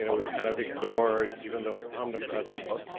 you know we've kind of ignored, even though it's omnipresent,